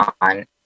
on